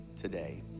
today